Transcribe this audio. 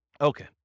Okay